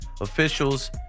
officials